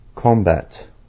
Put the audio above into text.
Combat